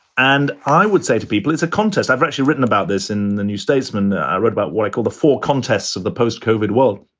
and i would say to people, it's a contest. i've actually written about this in the new statesman. i wrote about what i call the four contests of the post covered. well,